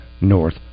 North